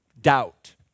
doubt